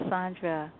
Sandra